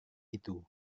itu